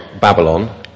Babylon